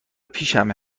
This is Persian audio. پیشمه